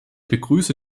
begrüße